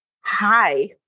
hi